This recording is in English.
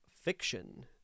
Fiction